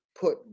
put